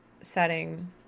setting